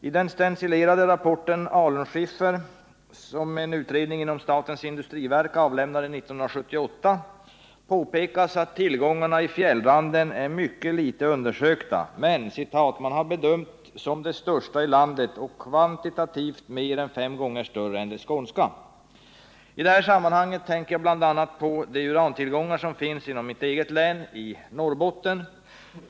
I den stencilerade rapporten Alunskiffer, som en utredning inom statens industriverk avlämnade 1978, påpekas att tillgångarna i fjällranden är mycket litet undersökta ”men har bedömts som de största i landet och kvantitativt mer än fem gånger större än de skånska”. I det här sammanhanget tänker jag bl.a. på de urantillgångar som finns inom mitt eget län, i Norrbottens län.